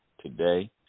Today